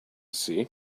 see